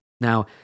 Now